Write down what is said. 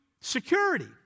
Security